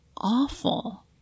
awful